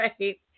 right